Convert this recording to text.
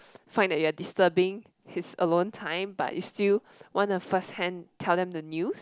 find that you are disturbing his alone time but you still wanna first hand tell them the news